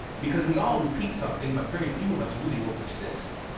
because we all repeat something but very few of us really will persist.